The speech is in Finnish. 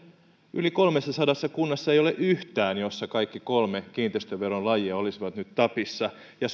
yli kolmestasadasta kunnasta ei ole yksikään sellainen jossa kaikki kolme kiinteistöveron lajia olisivat nyt tapissa ja